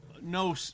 No